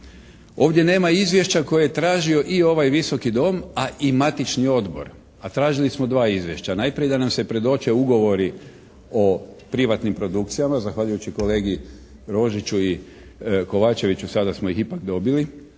Ovdje nema izvješća koje je tražio i ovaj Visoki dom, a i matični odbor, a tražili smo dva izvješća. Najprije da nam se predoče ugovori o privatnim produkcijama zahvaljujući kolegi Rožiću i Kovačeviću sada smo ih ipak dobili,